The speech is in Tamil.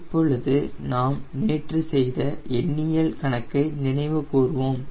இப்பொழுது நாம் நேற்று செய்த எண்ணியல் கணக்கை நினைவு கூர்வோம்